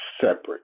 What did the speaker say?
separate